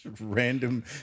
random